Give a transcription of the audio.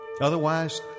Otherwise